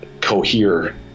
cohere